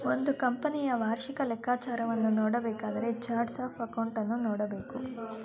ಒಂದು ಕಂಪನಿಯ ವಾರ್ಷಿಕ ಲೆಕ್ಕಾಚಾರವನ್ನು ನೋಡಬೇಕಾದರೆ ಚಾರ್ಟ್ಸ್ ಆಫ್ ಅಕೌಂಟನ್ನು ನೋಡಬೇಕು